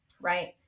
Right